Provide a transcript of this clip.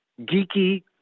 geeky